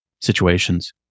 situations